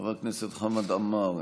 חבר הכנסת חמד עמאר,